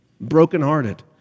brokenhearted